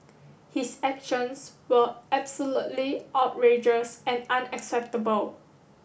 his actions were absolutely outrageous and unacceptable